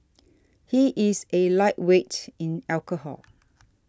he is a lightweight in alcohol